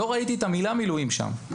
לא ראיתי את המילה מילואים שם.